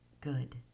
good